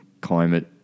climate